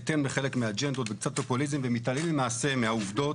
בהתאם לחלק מהאג'נדות וקצת פופוליזם ומתעלמים למעשה מהעובדות,